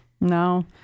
No